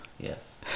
Yes